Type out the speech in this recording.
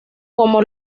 como